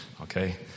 okay